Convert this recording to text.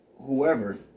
whoever